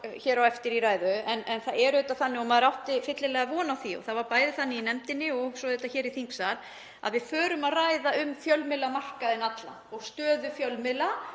hér á eftir en það er auðvitað þannig að maður átti fyllilega von á því, það var bæði þannig í nefndinni og svo hér í þingsal, að við færum að ræða um fjölmiðlamarkaðinn allan og stöðu fjölmiðla